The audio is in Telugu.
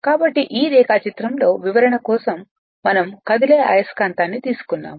కాబట్టి ఈ రేఖాచిత్రంలో వివరణ కోసం మనం కదిలే అయస్కాంతాన్ని తీసుకున్నాము